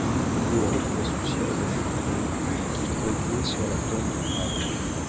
il oubliait avec l'insouciance d'un militaire qu'il voguait sur la tombe du brave gomez